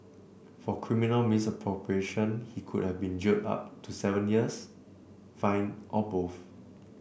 for criminal misappropriation he could have been jailed up to seven years fined or both